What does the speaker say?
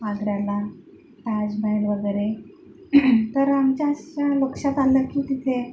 आग्र्याला ताजमहल वगैरे तर आमच्या असं लक्षात आलं की तिथे